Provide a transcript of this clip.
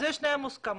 אנחנו תמיד נמצאים שם.